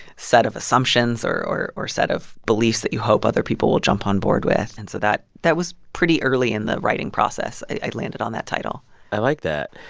set of assumptions or or set of beliefs that you hope other people will jump on board with. and so that that was pretty early in the writing process, i landed on that title i like that.